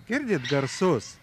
girdit garsus